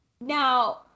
Now